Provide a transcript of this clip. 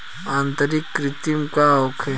आंतरिक कृमि का होखे?